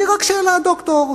אני רק שאלה, דוקטור.